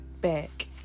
back